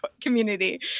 community